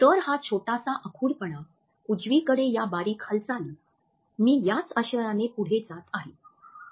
तर हा छोटासा आखूडपणा उजवीकडे या बारीक हालचाली मी याच आशयाने मागे पुढे जात आहे